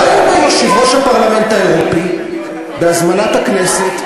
בא הנה יושב-ראש הפרלמנט האירופי בהזמנת הכנסת,